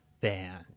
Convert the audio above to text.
band